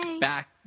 back